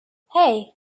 hey